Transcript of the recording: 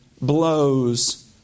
blows